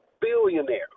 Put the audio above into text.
billionaire